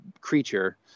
creature